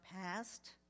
past